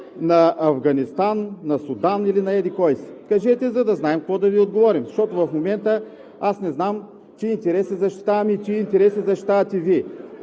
на Афганистан, на Судан, или на еди-кого си. Кажете, за да знаем какво да Ви отговорим. Защото в момента аз не знам чии интереси защитаваме и чии интереси защитавате Вие?